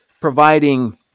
providing